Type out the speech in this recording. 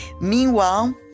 Meanwhile